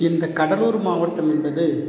இந்த கடலூர் மாவட்டம் என்பது